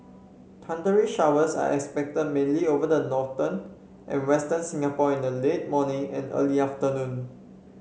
thundery showers are expected mainly over the northern and western Singapore in the late morning and early afternoon